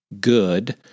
good